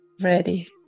ready